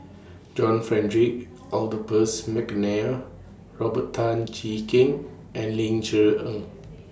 John Frederick Adolphus Mcnair Robert Tan Jee Keng and Ling Cher Eng